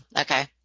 Okay